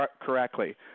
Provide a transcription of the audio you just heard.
correctly